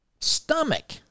stomach